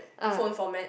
phone format